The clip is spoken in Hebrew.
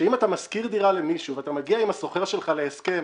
שאם אתה משכיר דירה למישהו ואתה מגיע עם השוכר שלך להסכם